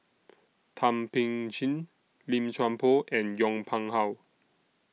Thum Ping Tjin Lim Chuan Poh and Yong Pung How